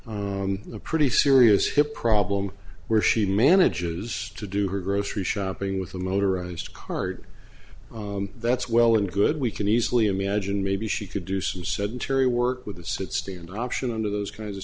given a pretty serious hip problem where she manages to do her grocery shopping with a motorized card that's well and good we can easily imagine maybe she could do some sedentary work with the sit stay in option under those kinds of